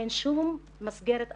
אין שום מסגרת אחרת.